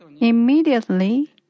Immediately